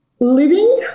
Living